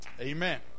amen